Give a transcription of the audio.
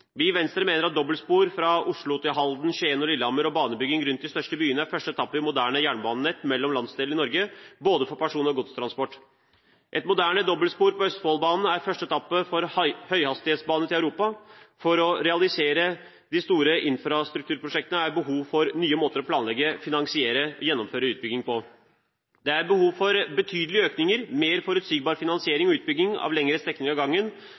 Vi i Venstre mener at dobbeltspor fra Oslo til Halden, til Skien og til Lillehammer og banebygging rundt de største byene er første etappe i et moderne jernbanenett mellom landsdelene i Norge, både for persontransport og for godstransport. Et moderne dobbeltspor på Østfoldbanen er første etappe av en høyhastighetsbane til Europa. For å realisere store infrastrukturprosjekter er det behov for nye måter å planlegge, finansiere og gjennomføre utbygging på. Det er behov for betydelig økte bevilgninger, mer forutsigbar finansiering og utbygging av lengre strekninger av gangen,